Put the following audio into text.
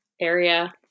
area